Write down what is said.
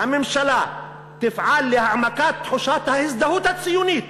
"הממשלה תפעל להעמקת תחושת ההזדהות הציונית